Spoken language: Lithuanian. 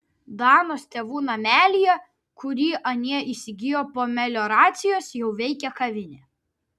danos tėvų namelyje kurį anie įsigijo po melioracijos jau veikia kavinė